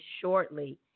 shortly